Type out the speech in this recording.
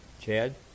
Chad